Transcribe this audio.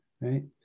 right